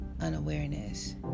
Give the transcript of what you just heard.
unawareness